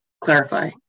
Clarify